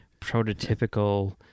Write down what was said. prototypical